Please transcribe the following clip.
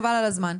חבל על הזמן.